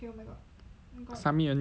submit only right